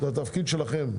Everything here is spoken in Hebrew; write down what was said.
זה התפקיד שלכם.